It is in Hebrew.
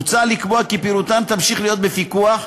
מוצע לקבוע כי פעילותן תמשיך להיות בפיקוח,